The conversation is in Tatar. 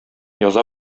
яза